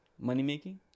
Money-making